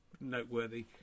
noteworthy